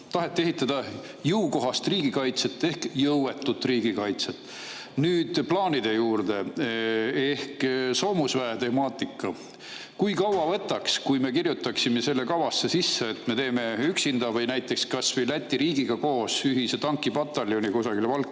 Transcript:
jah ehitada jõukohast riigikaitset ehk jõuetut riigikaitset. Nüüd plaanide ehk soomusväe temaatika juurde. Kui me kirjutaksime kavasse sisse, et me teeme üksinda või näiteks kas või Läti riigiga koos ühise tankipataljoni kusagile Valka,